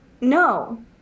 no